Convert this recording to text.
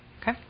Okay